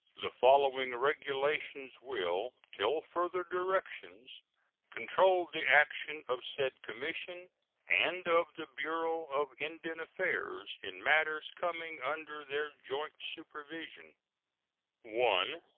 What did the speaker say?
the following regulations will till further directions control the action of said commission and of the bureau of indian affairs in matters coming under their joint supervision one.